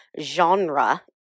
genre